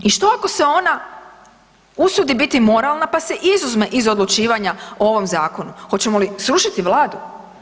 I što ako se ona usudi biti moralna, pa se izuzme iz odlučivanja o ovom zakonu, hoćemo li srušiti vladu?